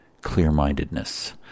clear-mindedness